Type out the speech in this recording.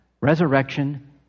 resurrection